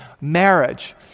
marriage